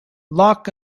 lock